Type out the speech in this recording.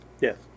Yes